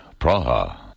Praha